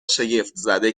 شگفتزده